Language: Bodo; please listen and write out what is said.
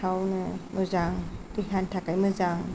गोथावनो देहानि थाखाय मोजां